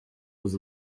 was